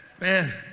man